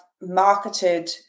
marketed